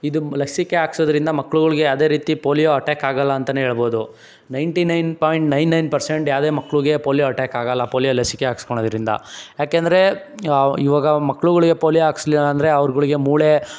ಇದು ಲಸಿಕೆ ಹಾಕ್ಸೋದ್ರಿಂದ ಮಕ್ಳುಗಳ್ಗೆ ಯಾವುದೆ ರೀತಿ ಪೋಲಿಯೋ ಅಟ್ಯಾಕ್ ಆಗೋಲ್ಲ ಅಂತಲೇ ಹೇಳ್ಬೋದು ninety nine point nine nine percent ಯಾವುದೆ ಮಕ್ಳಿಗೆ ಪೋಲಿಯೋ ಅಟ್ಯಾಕ್ ಆಗೋಲ್ಲ ಪೋಲಿಯೋ ಲಸಿಕೆ ಹಾಕ್ಸ್ಕೋಣದ್ರಿಂದ ಯಾಕೆಂದರೇ ಇವಾಗಾ ಮಕ್ಳುಗಳ್ಗೆ ಪೋಲಿಯೊ ಹಾಕ್ಸ್ಲಿಲ ಅಂದರೆ ಅವರುಗಳಿಗೆ ಮೂಳೆ